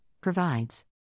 provides